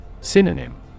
Synonym